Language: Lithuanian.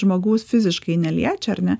žmogaus fiziškai neliečia ar ne